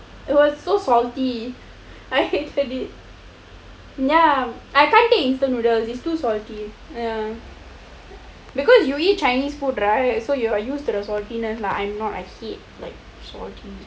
it was so salty I hated it ya I can't take instant noodles is too salty because you eat chinese food right so you are used to the saltiness lah I'm not I eat it like salty salty